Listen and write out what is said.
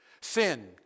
sin